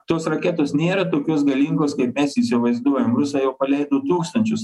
tos raketos nėra tokios galingos kaip mes įsivaizduojam rusai jau paleido tūkstančius